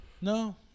No